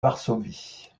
varsovie